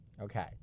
Okay